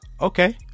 Okay